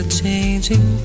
changing